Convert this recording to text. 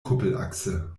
kuppelachse